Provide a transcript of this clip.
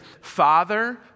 Father